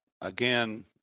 again